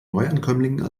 neuankömmlingen